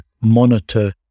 monitor